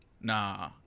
Nah